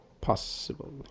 possible